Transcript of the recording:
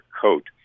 coat